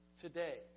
Today